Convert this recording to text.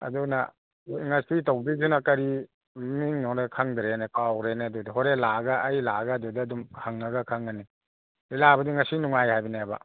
ꯑꯗꯨꯅ ꯉꯁꯤ ꯇꯧꯗꯣꯏꯁꯤꯅ ꯀꯔꯤ ꯃꯃꯤꯡꯅꯣꯅꯦ ꯈꯪꯗ꯭ꯔꯦꯅꯦ ꯀꯥꯎꯒ꯭ꯔꯦꯅꯦ ꯑꯗꯨꯏꯗꯣ ꯍꯣꯔꯦꯟ ꯂꯥꯛꯑꯒ ꯑꯩ ꯂꯥꯛꯑꯒ ꯑꯗꯨꯗ ꯑꯗꯨꯝ ꯍꯪꯉꯒ ꯈꯪꯉꯅꯤ ꯂꯤꯂꯥꯕꯨꯗꯤ ꯉꯁꯤ ꯅꯨꯡꯉꯥꯏ ꯍꯥꯏꯕꯅꯦꯕ